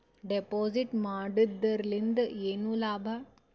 Deposit ಮಾಡುದರಿಂದ ಏನು ಲಾಭ?